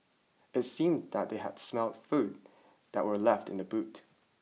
it seemed that they had smelt food that were left in the boot